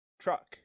truck